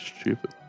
stupid